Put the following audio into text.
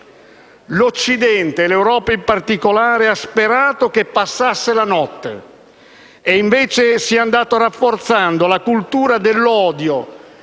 L'Occidente e l'Europa in particolare hanno sperato che passasse la notte. E invece si è andata rafforzando la cultura dell'odio